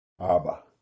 Abba